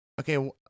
Okay